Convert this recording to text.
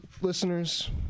listeners